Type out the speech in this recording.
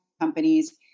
companies